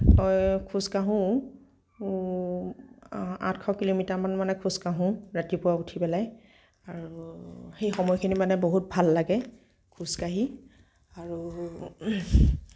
খোজ কাঢ়োঁ আঠশ কিলোমিটাৰমান মানে খোজ কাঢ়োঁ ৰাতিপুৱা উঠি পেলাই আৰু সেই সময়খিনি মানে বহুত ভাল লাগে খোজকাঢ়ি আৰু